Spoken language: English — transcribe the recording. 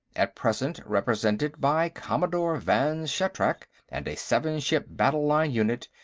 at present represented by commodore vann shatrak and a seven ship battle-line unit,